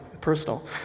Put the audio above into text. Personal